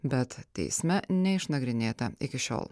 bet teisme neišnagrinėta iki šiol